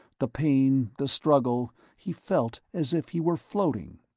the pain, the struggle, he felt as if he were floating.